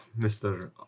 Mr